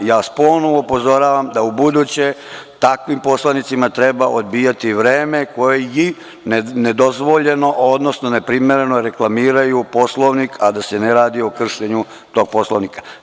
Ja vas ponovo upozoravam da ubuduće takvim poslanicima treba odbijati vreme koji nedozvoljeno, odnosno neprimereno reklamiraju Poslovnik, a da se ne radi o kršenju tog Poslovnika.